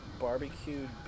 Barbecued